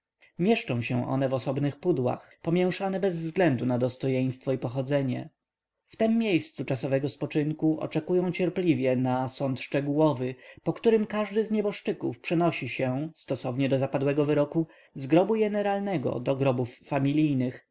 mieszczą się one w osobnych pudłach pomieszane bez względu na dostojeństwo i pochodzenie w tem miejscu czasowego spoczynku oczekują cierpliwie na sąd szczegółowy po którym każdy z nieboszczyków przenosi się stosownie do zapadłego wyroku z grobu jeneralnego do grobów familijnych